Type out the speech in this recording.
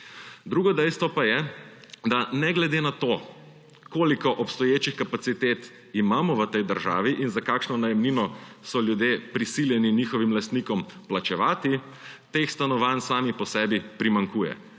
Drugo dejstvo pa je, da ne glede na to, koliko obstoječih kapacitet imamo v tej državi in za kakšno najemnino so ljudje prisiljeni njihovim lastnikom plačevati, teh stanovanj samih po sebi primanjkuje.